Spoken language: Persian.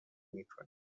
میکند